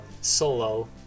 solo